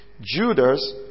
Judas